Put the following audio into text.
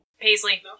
paisley